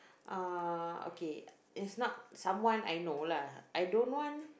ah okay it's not someone I know lah I don't want